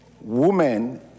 Women